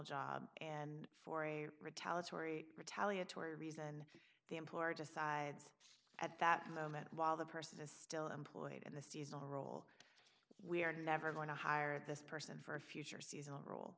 job and for a retaliatory retaliatory reason the employer decides at that moment while the person is still employed in the seasonal role we are never going to hire this person for a future seasonal role